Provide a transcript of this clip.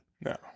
No